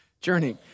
journey